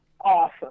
awesome